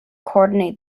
coordinate